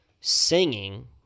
singing